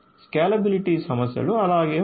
scalability సమస్యలు అలాగే ఉన్నాయి